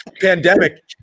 Pandemic